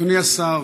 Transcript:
אדוני השר,